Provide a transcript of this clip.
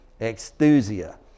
exthusia